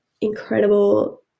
incredible